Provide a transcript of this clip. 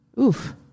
Oof